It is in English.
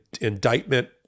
indictment